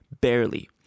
barely